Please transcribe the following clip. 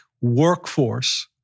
workforce